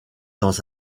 dans